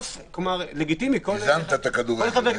איזנת את הכדורגל.